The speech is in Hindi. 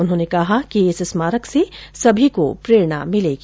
उन्होंने कहा कि इस स्मारक से सभी को प्रेरणा मिलेगी